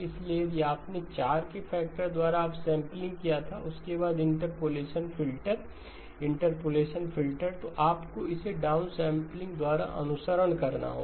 इसलिए यदि आपने 4 के फैक्टर द्वारा अपसेंपलिंग किया था उसके बाद इंटरपोलेशन फ़िल्टर इंटरपोलेशन फ़िल्टर तो आपको इसे डाउनसेंपलिंग द्वारा अनुसरण करना होगा